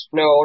no